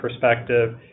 perspective